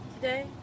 today